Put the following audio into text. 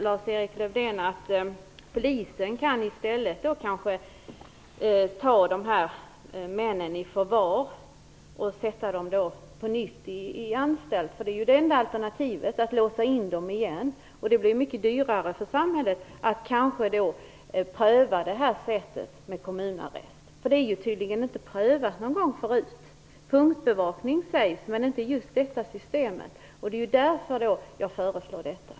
Lars-Erik Lövdén säger att polisen i stället kanske kan ta dessa män i förvar och på nytt sätta dem på anstalt, för det enda alternativet är ju att låsa in dem igen och att det blir mycket dyrare för samhället att pröva metoden med kommunarrest. Det har ju tydligen inte prövats tidigare. Det talas om punktbevakning men inte om just detta system. Det är anledningen till mitt förslag.